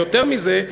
ויותר מזה,